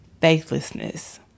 faithlessness